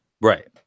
right